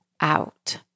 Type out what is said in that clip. out